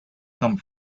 come